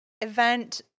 event